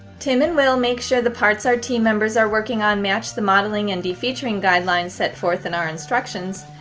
tim and will make sure the parts our team members are working on match the modeling and defeaturing guidelines set forth in our instructions,